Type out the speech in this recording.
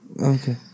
Okay